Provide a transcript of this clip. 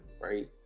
right